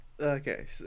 Okay